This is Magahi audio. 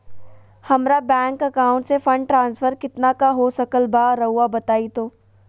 हमरा बैंक अकाउंट से फंड ट्रांसफर कितना का हो सकल बा रुआ बताई तो?